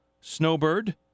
Snowbird